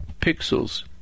pixels